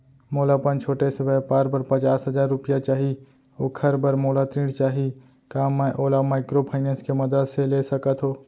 मोला अपन छोटे से व्यापार बर पचास हजार रुपिया चाही ओखर बर मोला ऋण चाही का मैं ओला माइक्रोफाइनेंस के मदद से ले सकत हो?